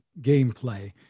gameplay